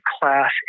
class